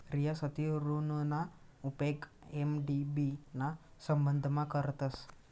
रियासती ऋणना उपेग एम.डी.बी ना संबंधमा करतस